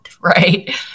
right